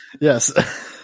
Yes